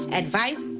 advice,